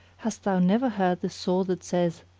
hast thou never heard the saw that saith,